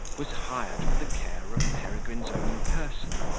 was hired for the care of peregrine's own person.